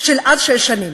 של עד שש שנים.